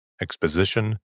exposition